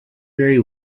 very